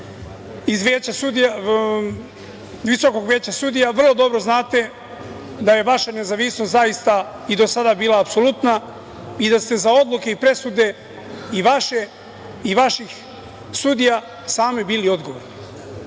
iz visokog veća sudija, vrlo dobro znate da je vaša nezavisnost zaista i do sada bila apsolutna i da ste za odluke i presude, i vaše i vaših sudija, sami bili odgovorni.